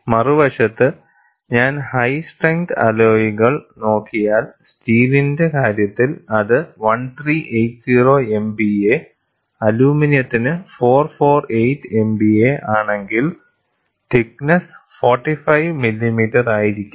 മറുവശത്ത് ഞാൻ high strength അലോയ്കൾ നോക്കിയാൽ സ്റ്റീലിന്റെ കാര്യത്തിൽ അത് 1380 MPa അലുമിനിയത്തിന് 448 MPa ആണെങ്കിൽ തിക്നെസ്സ് 45 മില്ലിമീറ്റർ ആയിരിക്കും